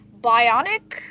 Bionic